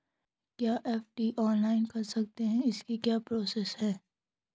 क्या FD online कर सकते हैं इसकी क्या प्रोसेस है?